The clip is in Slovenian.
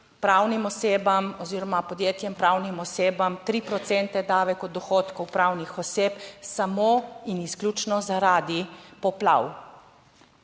pravnim osebam oziroma podjetjem, pravnim osebam 3 procente davek od dohodkov pravnih oseb samo in izključno zaradi poplav.